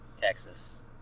Texas